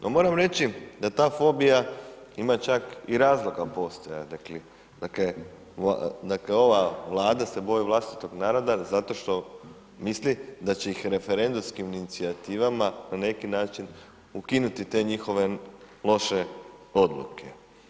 No moram reći da ta fobija ima čak i razloga postojati, dakle ova Vlada se boji vlastitog naroda zato što misli da će ih referendumskim inicijativama na neki način ukinuti te njihove loše odluke.